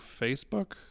Facebook